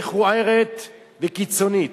מכוער וקיצוני.